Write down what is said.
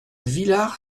villar